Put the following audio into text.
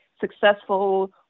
successful